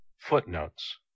Footnotes